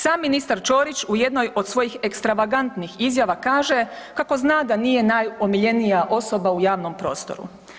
Sam ministar Ćorić u jednoj od svojih ekstravagantnih izjava kaže kao zna da nije najomiljenija osoba u javnom prostoru.